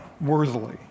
worthily